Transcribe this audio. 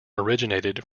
originated